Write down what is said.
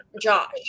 Josh